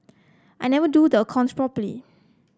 I never do the accounts properly